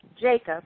Jacob